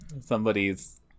somebody's